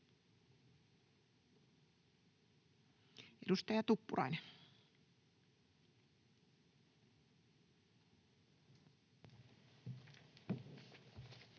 Edustaja Tuppurainen.